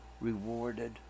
rewarded